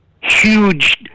huge